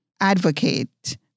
advocate